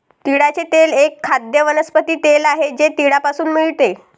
तिळाचे तेल एक खाद्य वनस्पती तेल आहे जे तिळापासून मिळते